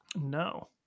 No